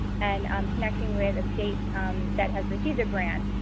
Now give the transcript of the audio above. and um connecting with the state that has received a grant,